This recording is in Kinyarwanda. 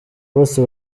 bose